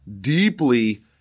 deeply